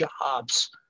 jobs